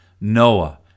Noah